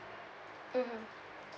mmhmm